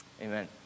Amen